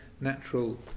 natural